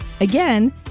Again